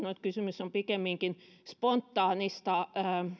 on korostanut että kysymys on pikemminkin spontaanista